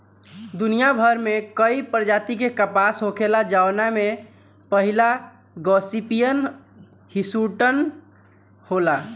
दुनियाभर में कई प्रजाति के कपास होखेला जवना में पहिला गॉसिपियम हिर्सुटम होला